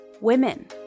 women